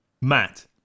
Matt